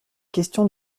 question